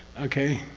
okay?